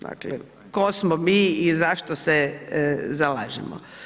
Dakle tko smo mi i zašto se zalažemo.